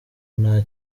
nta